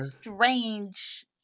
strange